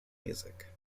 music